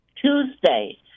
Tuesday